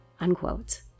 unquote